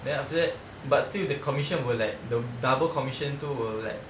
then after that but still the commission will like the double commission tu will like